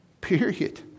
period